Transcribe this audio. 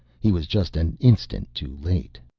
he was just an instant too late.